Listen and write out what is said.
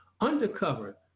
undercover